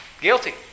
Guilty